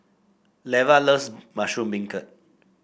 Leva loves Mushroom Beancurd